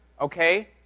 Okay